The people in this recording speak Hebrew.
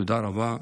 תודה רבה.